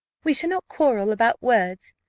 we shall not quarrel about words,